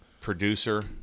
producer